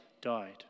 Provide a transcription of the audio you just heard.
died